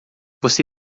você